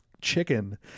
chicken